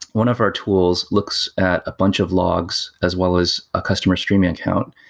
one of our tools looks at a bunch of logs, as well as a customer streaming account,